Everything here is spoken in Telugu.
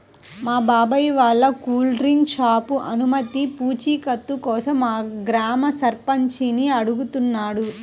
మా బావ వాళ్ళ కూల్ డ్రింక్ షాపు అనుమతి పూచీకత్తు కోసం మా గ్రామ సర్పంచిని అడుగుతున్నాడు